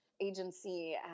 agency